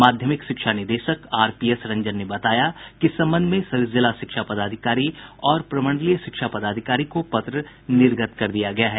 माध्यमिक शिक्षा निदेशक आरपीएस रंजन ने बताया कि इस संबंध में सभी जिला शिक्षा पदाधिकारी और प्रमंडलीय शिक्षा पदाधिकारी को पत्र निर्गत कर दिया गया है